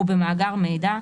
ובמאגר מידע,